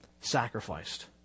sacrificed